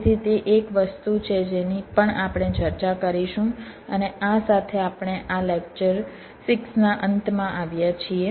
તેથી તે એક વસ્તુ છે જેની પણ આપણે ચર્ચા કરીશું અને આ સાથે આપણે આ લેક્ચર 6 ના અંતમાં આવ્યા છીએ